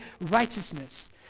righteousness